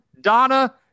Donna